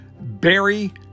Barry